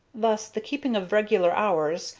thus the keeping of regular hours,